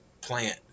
plant